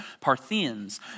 Parthians